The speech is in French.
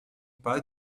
pas